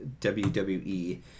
WWE